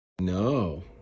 No